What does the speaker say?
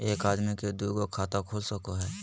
एक आदमी के दू गो खाता खुल सको है?